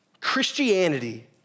Christianity